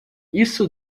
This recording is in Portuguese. isso